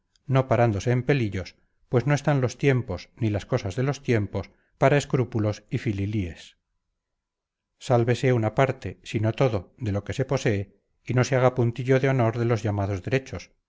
no parándose en pelillos pues no están los tiempos ni las cosas de los tiempos para escrúpulos y fililíes sálvese una parte si no todo de lo que se posee y no se haga puntillo de honor de los llamados derechos